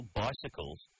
bicycles